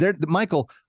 Michael